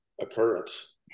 occurrence